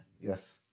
Yes